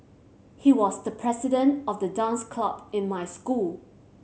he was the president of the dance club in my school